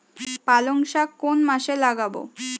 পালংশাক কোন মাসে লাগাব?